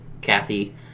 Kathy